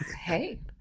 hey